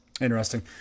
interesting